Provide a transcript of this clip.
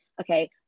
okay